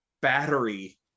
battery